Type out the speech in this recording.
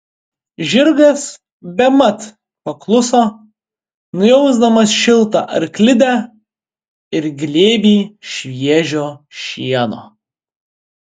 žirgas bemat pakluso nujausdamas šiltą arklidę ir glėbį šviežio šieno